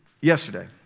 yesterday